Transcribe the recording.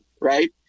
right